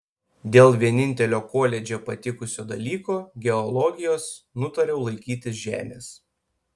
dėl vienintelio koledže patikusio dalyko geologijos nutariau laikytis žemės